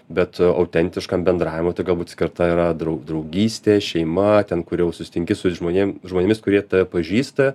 bet autentiškam bendravimui tai galbūt skirta yra drau draugystė šeima ten kur jau susitinki su žmonėm žmonėmis kurie tave pažįsta